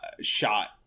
shot